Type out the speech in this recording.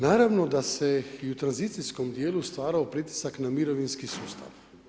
Naravno da se i u tranzicijskom dijelu stvarao pritisak na mirovinski sustav.